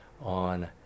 on